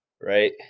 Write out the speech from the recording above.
right